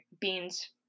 beans